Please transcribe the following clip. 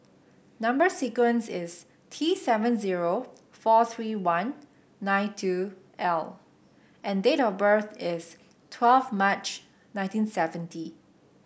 number sequence is T seven zero four three one nine two L and date of birth is twelve March nineteen seventy